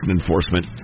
enforcement